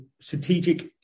strategic